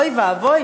אוי ואבוי,